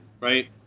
right